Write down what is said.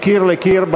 מקיר לקיר,